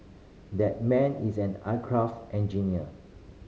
that man is an aircraft engineer